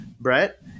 Brett